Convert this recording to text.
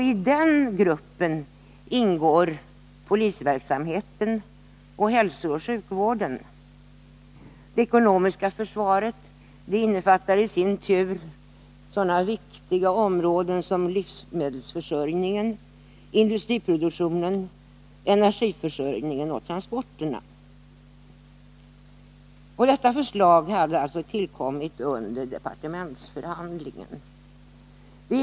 I den gruppen ingår bl.a. polisverksamheten och hälsooch sjukvården. Det ekonomiska försvaret innefattar i sin tur sådana viktiga områden som livsmedelsförsörjningen, industriproduktionen, energiförsörjningen och transporterna. Detta förslag hade alltså tillkommit under departementsförhandlingen.